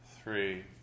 three